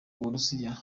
uburusiya